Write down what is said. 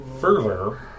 Further